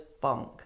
funk